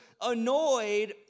annoyed